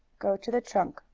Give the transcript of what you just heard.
go to the trunk.